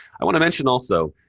i want to mention also,